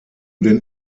den